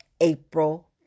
April